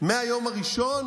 מהיום הראשון?